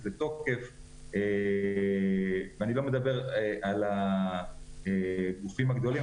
לתוקף - אני לא מדבר על הגופים הגדולים,